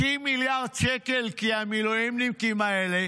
30 מיליארד שקל כי המילואימניקים האלה